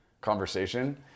conversation